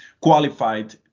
qualified